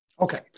Okay